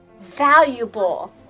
valuable